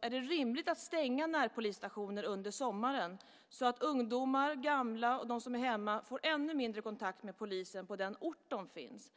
det är rimligt att stänga närpolisstationer under sommaren så att ungdomar, gamla och de som är hemma får ännu mindre kontakt med polisen på den ort där de finns.